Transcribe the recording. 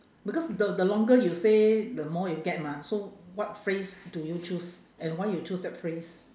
because the the longer you say the more you get mah so what phrase do you choose and why you choose that phrase